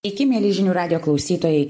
sveiki mieli žinių radijo klausytojai